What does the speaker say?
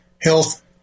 health